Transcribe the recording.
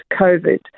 COVID